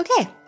Okay